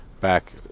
back